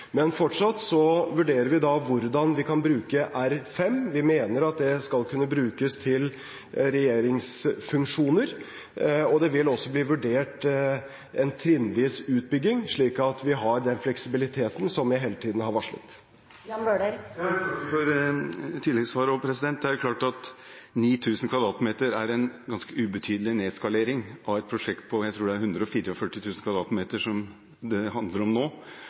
Men fortsatt vurderer vi hvordan vi kan bruke R5. Vi mener at det skal kunne brukes til regjeringsfunksjoner. Det vil også bli vurdert en trinnvis utbygging, slik at vi har den fleksibiliteten som vi hele tiden har varslet. Jeg takker for tilleggssvaret. Det er klart at 9 000 m2 er en ganske ubetydelig nedskalering av et prosjekt på – jeg tror det er – 144 000 m2, som det handler om nå.